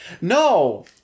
No